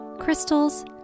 crystals